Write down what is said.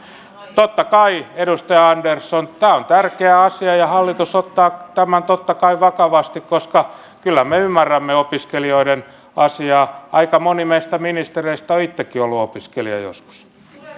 totta kai edustaja andersson tämä on tärkeä asia ja hallitus ottaa tämän totta kai vakavasti koska kyllä me ymmärrämme opiskelijoiden asiaa aika moni meistä ministereistä on itsekin ollut opiskelija joskus